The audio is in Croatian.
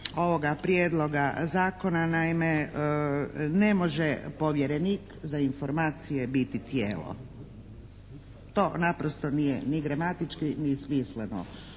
ovoga Prijedloga zakona. Naime, ne može povjerenih za informacije biti tijelo. To naprosto nije ni gramatički ni smisleno.